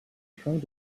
trying